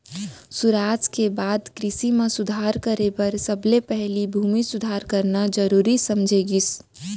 सुराज के बाद कृसि म सुधार करे बर सबले पहिली भूमि सुधार करना जरूरी समझे गिस